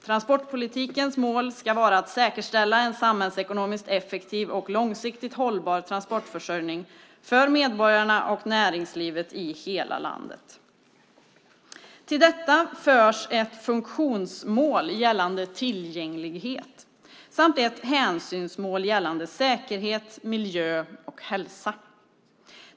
Transportpolitikens mål ska vara att säkerställa en samhällsekonomiskt effektiv och långsiktigt hållbar transportförsörjning för medborgarna och näringslivet i hela landet. Till detta förs ett funktionsmål gällande tillgänglighet samt ett hänsynsmål gällande säkerhet, miljö och hälsa.